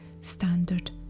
standard